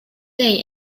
day